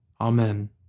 Amen